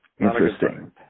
Interesting